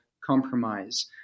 compromise